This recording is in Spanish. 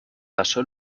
pasó